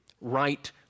Right